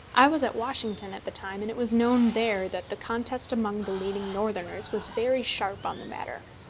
i was at washington at the time, and it was known there that the contest among the leading northerners was very sharp on the matter.